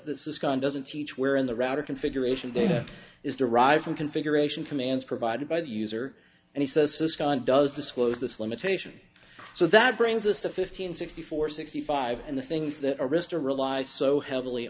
this this gun doesn't teach wherein the router configuration is derived from configuration commands provided by the user and he says this con does disclose this limitation so that brings us to fifteen sixty four sixty five and the things that arista relies so heavily